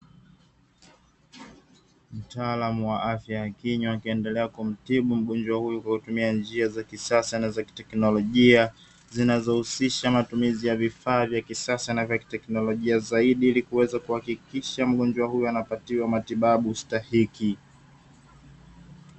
Mtaalamu wa afya ya kinywa, akiendelea kumtibu mgonjwa huyu kwa kutumia njia za kisasa na za teknolojia, zinazohusisha matumizi ya vifaa vya kisasa na vya teknolojia zaidi, ili kuweza kuhakikisha mgonjwa huyu anapatiwa matibabu stahiki.